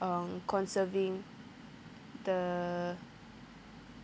um conserving the